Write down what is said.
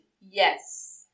Yes